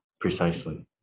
precisely